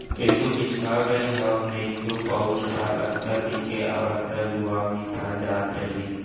एसो पिछवा गए हँव नइतो पउर साल अतका दिन के आवत ले लुवा मिसा जात रहिस